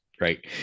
right